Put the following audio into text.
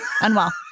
unwell